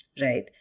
right